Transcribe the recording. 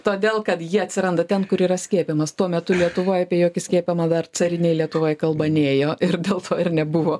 todėl kad ji atsiranda ten kur yra skiepijimas tuo metu lietuvoj apie jokį skiepijimą dar carinėj lietuvoj kalba nėjo ir dėl to ir nebuvo